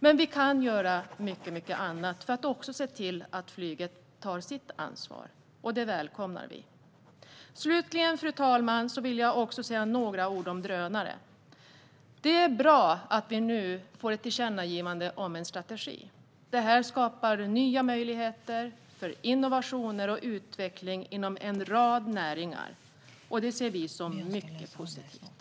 Men vi kan göra mycket annat för att se till att flyget tar sitt ansvar. Det välkomnar vi. Slutligen, fru talman, vill jag säga några ord om drönare. Det är bra att vi nu får ett tillkännagivande om en strategi. Det skapar nya möjligheter för innovationer och utveckling inom en rad näringar. Det ser vi som mycket positivt.